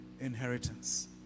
inheritance